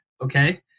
okay